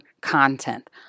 content